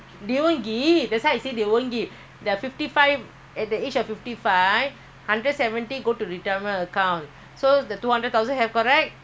two hundred thousand have correct hundred seventy push பண்ணாஎவ்ளோஇருக்கும்:panna evlo irukkum thirty thousand so you only get thirty thousand so there's another